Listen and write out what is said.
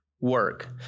work